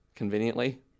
Conveniently